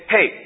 Hey